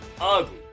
ugly